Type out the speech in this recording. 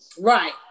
Right